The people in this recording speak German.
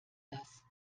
das